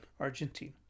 Argentina